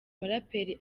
muraperi